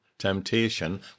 temptation